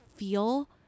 feel